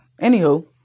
Anywho